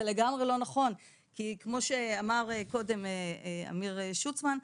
זה לגמרי לא נכון, כי כמו שאמר קודם אמיר שוצמן,